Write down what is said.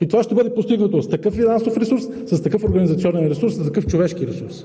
и това ще бъде постигнато с такъв финансов ресурс, с такъв организационен ресурс, такъв човешки ресурс.